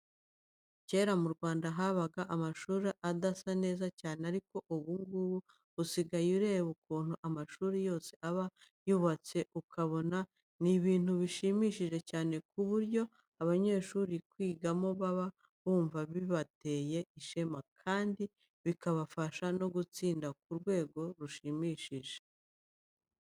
Kera mu Rwanda habaga amashuri adasa neza cyane, ariko ubu ngubu usigaye ureba ukuntu amashuri yose aba yubatse ukabona ni ibintu bishimishije cyane ku buryo abanyeshuri kwigamo baba bumva bibateye ishema, kandi bikabafasha no gutsinda ku rwego rushimishije.